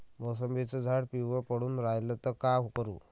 मोसंबीचं झाड पिवळं पडून रायलं त का करू?